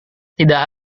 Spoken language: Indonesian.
tidak